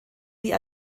die